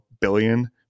billion